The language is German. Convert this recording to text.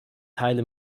teile